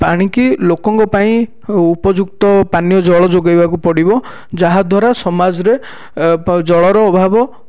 ପାଣି କି ଲୋକଙ୍କ ପାଇଁ ଉପଯୁକ୍ତ ପାନୀୟ ଜଳ ଯୋଗେଇବାକୁ ପଡ଼ିବ ଯାହାଦ୍ଵାରା ସମାଜରେ ଜଳ ର ଅଭାବ